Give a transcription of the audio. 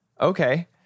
Okay